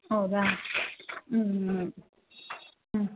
ಹೌದಾ ಹ್ಞೂ ಹ್ಞೂ ಹ್ಞೂ